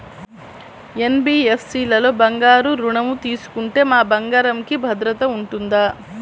NBFC లలో బంగారు ఋణం తీసుకుంటే మా బంగారంకి భద్రత ఉంటుందా?